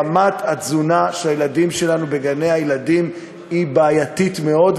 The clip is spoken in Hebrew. רמת התזונה של הילדים שלנו בגני-ילדים היא בעייתית מאוד,